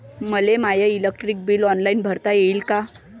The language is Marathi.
मले माय इलेक्ट्रिक बिल ऑनलाईन भरता येईन का?